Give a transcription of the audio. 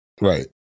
Right